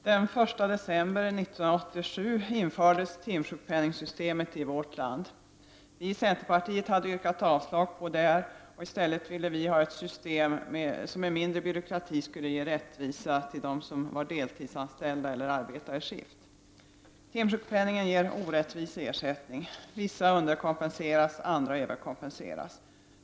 Fru talman! Den 1 december 1987 infördes timsjukpenningssystemet i vårt land. Vi i centerpartiet hade yrkat avslag på förslaget om införande av detta system. Vi ville i stället ha ett system som med mindre byråkrati skulle ge rättvisa åt dem som var deltidsanställda eller arbetade i skift. Timsjukpenningen ger en orättvis ersättning; vissa underkompenseras, medan andra överkompenseras.